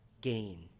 gain